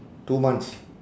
two months